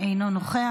אינו נוכח.